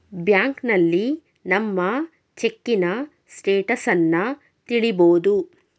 ಬ್ಯಾಂಕ್ನಲ್ಲಿ ನಮ್ಮ ಚೆಕ್ಕಿನ ಸ್ಟೇಟಸನ್ನ ತಿಳಿಬೋದು